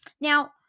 Now